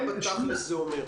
מה בתכלס זה אומר?